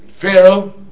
Pharaoh